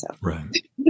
Right